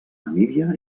namíbia